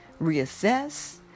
reassess